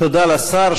תודה לשר.